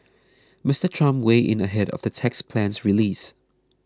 Mister Trump weighed in ahead of the tax plan's release